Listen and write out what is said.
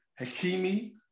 Hakimi